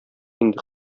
инде